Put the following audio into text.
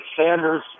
Sanders